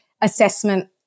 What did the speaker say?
assessment